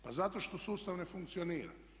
Pa zato što sustav ne funkcionira.